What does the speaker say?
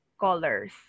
colors